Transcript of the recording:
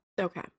Okay